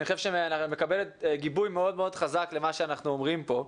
היא מקבלת גיבוי חזק מאוד למה שאנחנו אומרים פה.